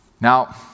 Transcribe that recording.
Now